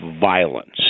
violence